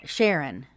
Sharon